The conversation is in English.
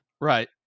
Right